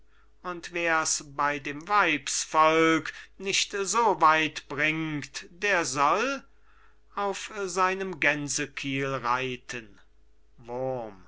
und wer's bei dem weibsvolk nicht so weit bringt der soll auf seinem gänsekiel reiten wurm